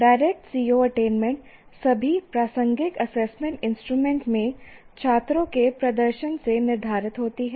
direct CO attainment सभी प्रासंगिक assessment instrument में छात्रों के प्रदर्शन से निर्धारित होती है